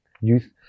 youth